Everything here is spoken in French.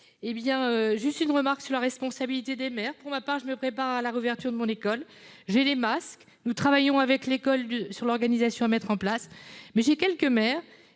:« Juste une remarque sur la responsabilité des maires. Pour ma part, je prépare la réouverture de mon école. J'ai les masques. Nous travaillons avec l'école sur l'organisation à mettre en place. Quelques maires